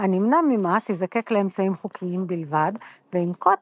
הנמנע ממס ייזקק לאמצעים חוקיים בלבד וינקוט